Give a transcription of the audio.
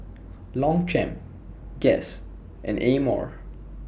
Longchamp Guess and Amore